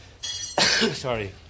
Sorry